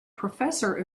professor